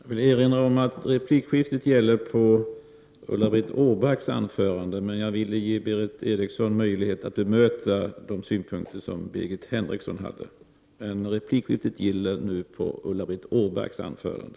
Jag vill erinra om att replikskiftet gäller Ulla-Britt Åbarks anförande. Men jag ville ge Berith Eriksson möjlighet att bemöta de synpunkter som Birgit Henriksson framförde.